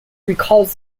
recalls